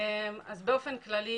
באופן כללי,